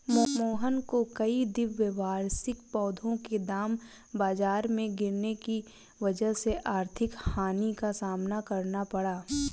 मोहन को कई द्विवार्षिक पौधों के दाम बाजार में गिरने की वजह से आर्थिक हानि का सामना करना पड़ा